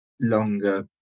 longer